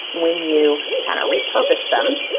when you kind of repurpose them,